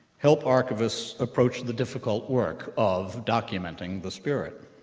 help archivists approach the difficult work of documenting the spirit.